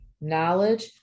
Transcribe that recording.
knowledge